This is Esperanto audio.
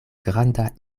granda